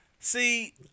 See